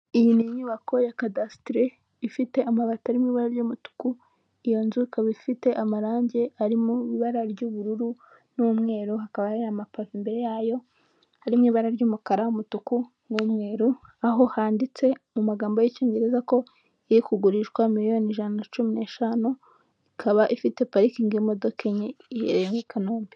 Iyi ni inyubako ya kadasitere ifite amabati arimo ibara ry'umutuku, iyo nzu ikaba ifite amarangi ari mu ibara ry'ubururu n'umweru, hakaba hari amapave imbere yayo, ari mu ibara ry'umukara umutuku n'umweru, aho handitse amagambo y'Icyongereza ko iri kugurishwa miliyoni ijana cumi n'eshanu, ikaba ifite parikingi y'imodoka enye iherereye i Kanombe.